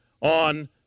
on